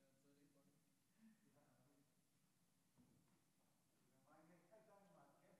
פשוט לא מעניין אתכם מה קורה